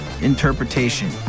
Interpretation